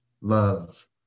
Love